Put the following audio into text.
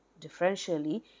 Differentially